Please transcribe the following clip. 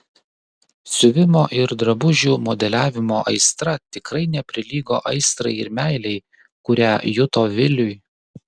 siuvimo ir drabužių modeliavimo aistra tikrai neprilygo aistrai ir meilei kurią juto viliui